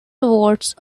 towards